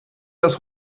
das